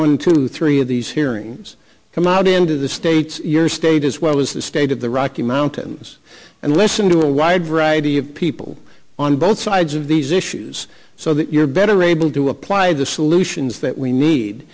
one to three of these hearings come out into the states your state as well as the state of the rocky mountains and listen to a wide variety of people on both sides of these issues so that you're better able to apply the solutions that we need